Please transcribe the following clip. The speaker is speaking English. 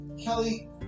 Kelly